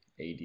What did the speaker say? AD